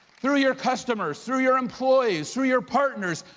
through your customers, through your employees, through your partners.